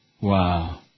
Wow